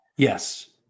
Yes